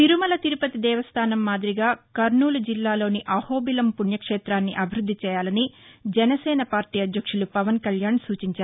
తిరుమల తిరుపతి దేవస్థానం మాదిరిగా కర్నూలు జిల్లాలోని అహాబిలం పుణ్యక్షేతాన్ని అభివృద్ధి చేయాలని జనసేన అధ్యక్షులు పవన్కళ్యాణ్ సూచించారు